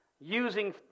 using